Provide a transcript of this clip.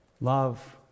Love